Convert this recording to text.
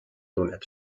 tunneb